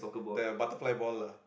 the butterfly ball lah